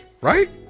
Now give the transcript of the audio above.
right